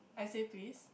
I say please